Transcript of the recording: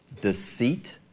deceit